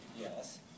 yes